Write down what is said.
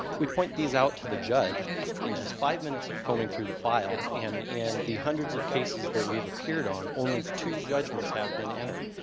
we point these out to the judge in just five minutes of coming through the file, and in the hundreds of cases that we have appeared on, only two judgments have been entered.